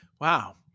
Wow